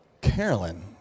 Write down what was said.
Carolyn